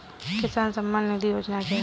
किसान सम्मान निधि योजना क्या है?